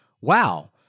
wow